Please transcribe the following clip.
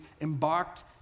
embarked